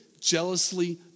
jealously